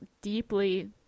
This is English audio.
deeply